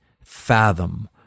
fathom